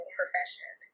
profession